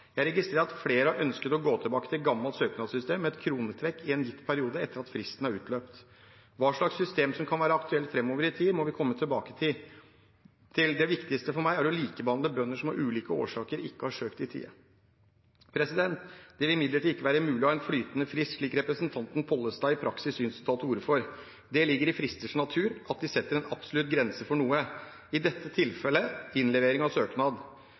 Jeg registrerer at flere har ønsket å gå tilbake til gammelt søknadssystem, med et kronetrekk i en gitt periode etter at fristen er utløpt. Hva slags system som kan være aktuelt framover i tid, må vi komme tilbake til. Det viktigste for meg er å likebehandle bønder som av ulike årsaker ikke har søkt i tide. Det vil imidlertid ikke være mulig å ha en flytende frist, slik representanten Pollestad i praksis synes å ta til orde for. Det ligger i fristers natur at de setter en absolutt grense for noe, i dette tilfellet innlevering av søknad.